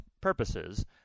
purposes